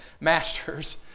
masters